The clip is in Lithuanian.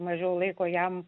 mažiau laiko jam